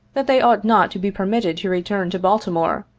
that they ought not to be permitted to return to baltimore,